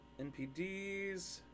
NPDs